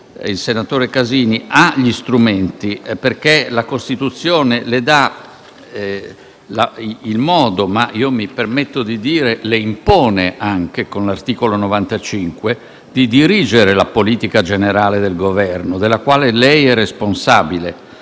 il senatore Casini - ha gli strumenti, perché la Costituzione le dà il modo - ma io mi permetto di dire anche che le impone - con l'articolo 95, di dirigere la politica generale del Governo, della quale lei è responsabile.